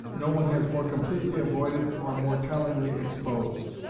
no one has more completely avoided or more tellingly exposed.